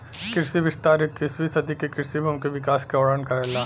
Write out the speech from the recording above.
कृषि विस्तार इक्कीसवीं सदी के कृषि भूमि के विकास क वर्णन करेला